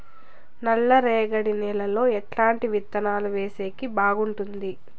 నల్లరేగడి నేలలో ఎట్లాంటి విత్తనాలు వేసేకి బాగుంటుంది?